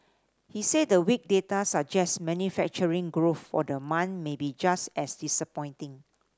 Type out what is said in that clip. he said the weak data suggest manufacturing growth for the month may be just as disappointing